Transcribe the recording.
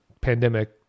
pandemic